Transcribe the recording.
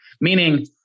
Meaning